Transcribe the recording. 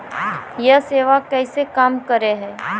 यह सेवा कैसे काम करै है?